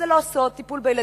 אז זה לא סוד: טיפול בילדים,